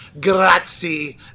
grazie